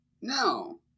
No